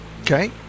Okay